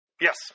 Yes